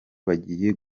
bagiye